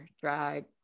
drag